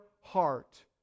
heart